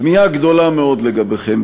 תמיהה גדולה מאוד לגביכם.